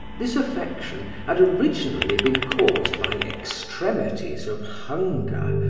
this affection had originally been caused by extremities of hunger,